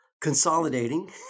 consolidating